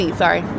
sorry